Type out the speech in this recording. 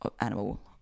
animal